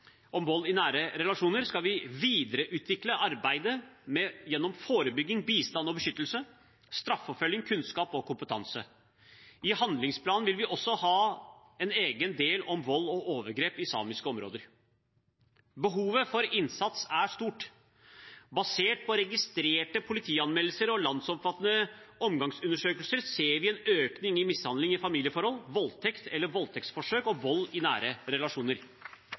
om vold i nære relasjoner, skal vi videreutvikle arbeidet gjennom forebygging, bistand og beskyttelse, straffeforfølging, kunnskap og kompetanse. I handlingsplanen vil vi også ha en egen del om vold og overgrep i samiske områder. Behovet for innsats er stort. Basert på registrerte politianmeldelser og landsomfattende omfangsundersøkelser ser vi en økning av mishandling i familieforhold, voldtekt eller voldtektsforsøk og vold i nære relasjoner.